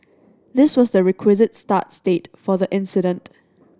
this was the requisite start state for the incident